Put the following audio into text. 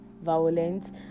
violence